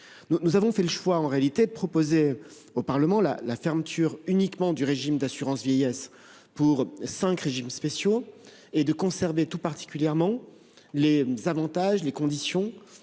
Nous avons fait le choix de proposer au Parlement la fermeture du régime d'assurance vieillesse uniquement pour cinq régimes spéciaux et de conserver tout particulièrement les avantages et conditions